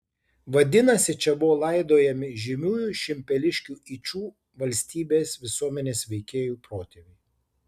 vadinasi čia buvo laidojami žymiųjų šimpeliškių yčų valstybės visuomenės veikėjų protėviai